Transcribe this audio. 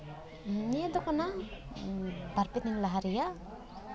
ᱱᱤᱭᱟᱹ ᱫᱚ ᱠᱟᱱᱟ ᱵᱟᱨᱯᱮ ᱫᱤᱱ ᱞᱟᱦᱟ ᱨᱮᱭᱟᱜ